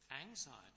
anxiety